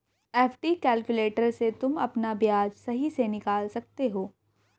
FD calculator से तुम अपना ब्याज सही से निकाल सकते हो